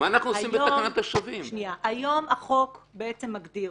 היום החוק מגדיר.